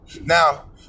Now